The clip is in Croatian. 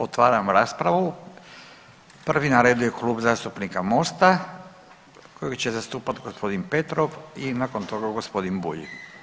Otvaram raspravu, prvi na redu je Klub zastupnika Mosta kojeg će zastupat g. Petrov i nakon toga g. Bulj.